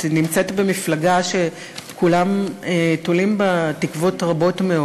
את נמצאת במפלגה שכולם תולים בה תקוות רבות מאוד.